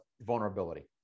vulnerability